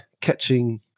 catching